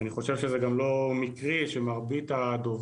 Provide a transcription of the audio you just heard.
אני חושב שזה גם לא מקרי שמרבית הדוברים,